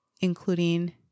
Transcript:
including